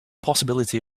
possibility